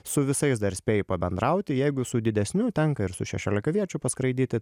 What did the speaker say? su visais dar spėji pabendrauti jeigu su didesniu tenka ir su šešiolikaviečiu paskraidyti